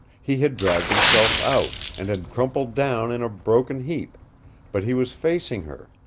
he had dragged himself out, and had crumpled down in a broken heap but he was facing her,